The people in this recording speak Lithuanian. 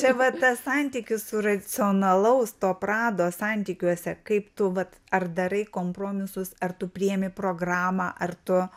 čia vat tas santykis su racionalaus to prado santykiuose kaip tu vat ar darai kompromisus ar tu priėmi programą ar tu